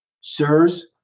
Sirs